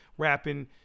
rapping